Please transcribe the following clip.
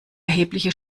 erhebliche